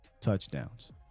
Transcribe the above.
touchdowns